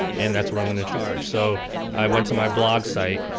and that's what i'm going to charge. so i went to my blog site.